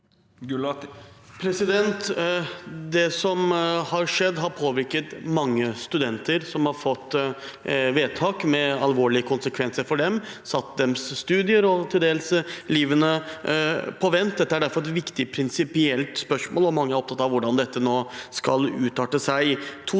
Det som har skjedd, har påvirket mange studenter som har fått vedtak med alvorlige konsekvenser for dem, det har satt deres studier og til dels livet deres på vent. Dette er derfor et viktig prinsipielt spørsmål, og mange er opptatt av hvordan dette nå skal arte seg.